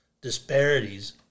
disparities